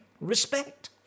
Respect